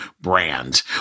brand